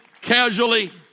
casually